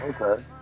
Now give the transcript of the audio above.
okay